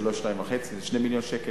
זה לא 2.5. זה 2 מיליון שהועברו